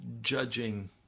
Judging